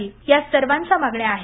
अशा या सर्वांच्या मागण्या आहेत